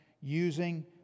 using